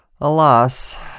alas